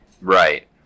Right